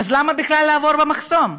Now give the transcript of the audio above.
אז למה בכלל לעבור במחסום?